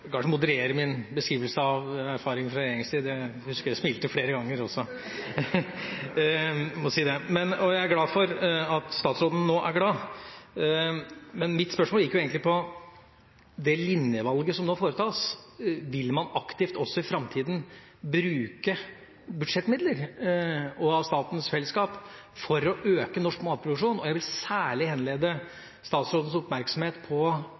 kanskje moderere min beskrivelse av erfaringer fra min regjeringstid – jeg husker jeg smilte flere ganger også, jeg må si det – og jeg er glad for at statsråden nå er glad. Men mitt spørsmål gikk egentlig på det linjevalget som nå foretas. Vil man aktivt også i framtida bruke budsjettmidler av statens fellesskap for å øke norsk matproduksjon? Jeg vil særlig henlede statsrådens oppmerksomhet på